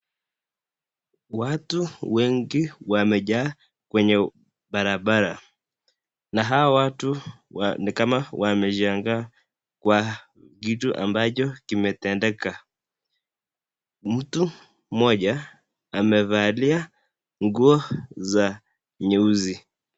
Watu wengi wamejaa kwenye barabara na hao watu ni kama wameshangaa kwa kitu ambacho kimetendeka. Mtu moja amevalia nguo za nyuzi.